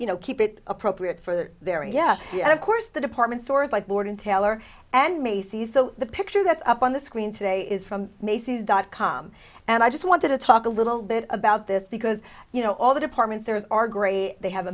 you know keep it appropriate for their yes and of course the department stores like boarding taylor and me thiis so the picture that up on the screen today is from macy's dot com and i just want to talk a little bit about this because you know all the departments there are great they have